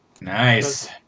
Nice